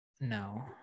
No